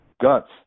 guts